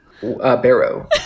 Barrow